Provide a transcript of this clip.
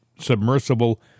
submersible